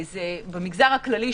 במגזר הכללי,